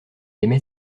aimait